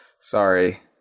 sorry